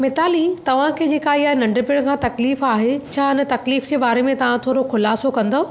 मिताली तव्हांखे जेका इहा नढपिणु खां तकलीफ़ु आहे उन तकलीफ़ जे बारे में तव्हां थोरो ख़ुलासो कंदव